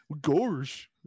Gorge